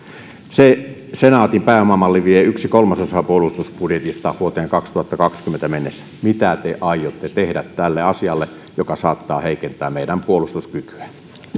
se senaatin pääomamalli vie yhden kolmasosan puolustusbudjetista vuoteen kaksituhattakaksikymmentä mennessä mitä te aiotte tehdä tälle asialle joka saattaa heikentää meidän puolustuskykyä